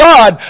God